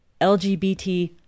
LGBT